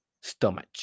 stomach